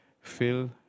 Phil